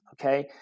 okay